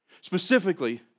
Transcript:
Specifically